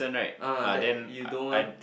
ah that you don't want